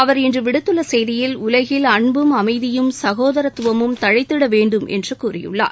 அவர் இன்று விடுத்துள்ள செய்தியில் உலகில் அன்பும் அமைதியும் சனேதரத்துவமும் தழழத்திட வேண்டும் என்று கூறியுள்ளார்